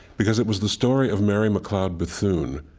because it was the story of mary mcleod bethune,